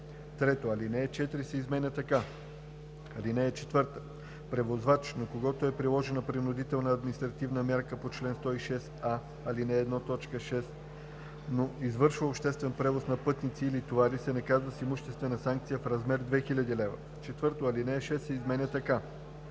3. Алинея 4 се изменя така: „(4) Превозвач, на когото е приложена принудителна административна мярка по чл. 106а, ал. 1, т. 6, но извършва обществен превоз на пътници или товари, се наказва с имуществена санкция в размер 2000 лв.“ 4. Алинея 6 се изменя така: